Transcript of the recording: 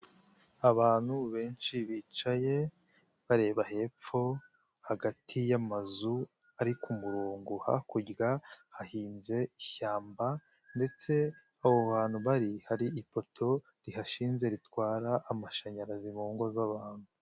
Abantu benshi bicaye bareba hepfo hagati y'amazu ari kumurongo, hakurya hahinze ishyamba ndetse aho hantu bari, hari ipoto rihashinze ritwara amashanyarazi mu ngo z'abantu.